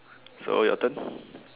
so your turn